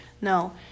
No